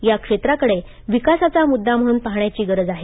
या क्षेत्राकडे विकासाचा मुद्दा म्हणून पाहण्याची गरज आहे